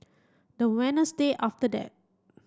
the after that